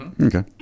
Okay